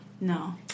No